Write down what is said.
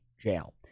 jail